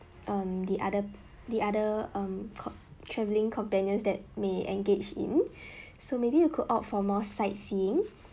um the other the other um com~ traveling companions that may engage in so maybe you could opt for more sightseeing